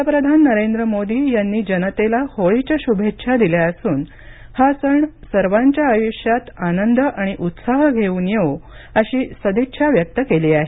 पंतप्रधान नरेंद्र मोदी यांनी जनतेला होळीच्या शुभेच्छा दिल्या असून हा सण सर्वांच्या आयुष्यात आनंद आणि उत्साह घेऊन येवो अशी सदिच्छा व्यक्त केली आहे